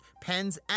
pens